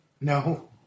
No